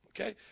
okay